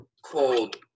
Called